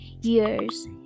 years